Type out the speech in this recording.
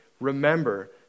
remember